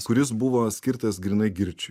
kuris buvo skirtas grynai girčiui